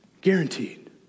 Guaranteed